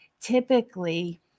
typically